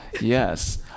Yes